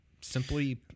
Simply